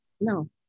No